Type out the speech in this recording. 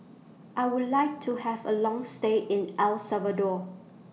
I Would like to Have A Long stay in El Salvador